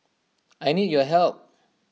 I need your help